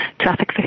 traffic